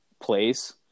place